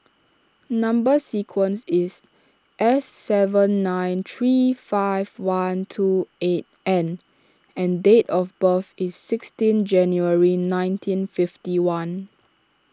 Number Sequence is S seven nine three five one two eight N and date of birth is sixteen January nineteen fifty one